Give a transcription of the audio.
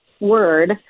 word